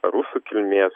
rusų kilmės